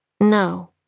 No